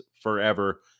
forever